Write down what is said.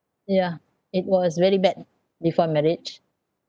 yeah it was really bad before marriage